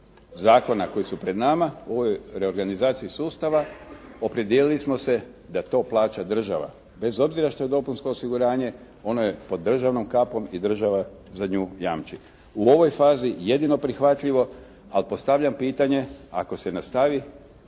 koji su pred nama, u ovoj reorganizaciji sustava opredijelili smo se da to plaća država bez obzira što je dopunsko osiguranje ono je pod državnom kapom i država za nju jamči. U ovoj fazi je jedino prihvatljivo, ali postavljam pitanje ako se nastavi